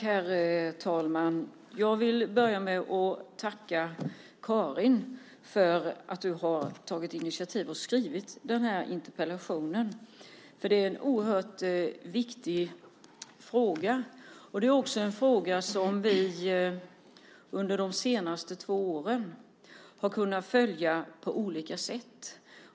Herr talman! Jag vill börja med att tacka Karin för att hon har tagit initiativet och skrivit den här interpellationen. Det är en oerhört viktig fråga. Det är också en fråga som vi under de senaste två åren har kunnat följa på olika sätt.